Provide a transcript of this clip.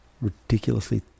ridiculously